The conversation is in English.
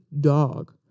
Dog